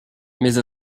mais